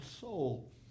soul